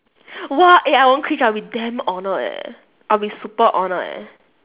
!wah! eh I won't cringe I'll be damn honoured eh I'll be super honoured eh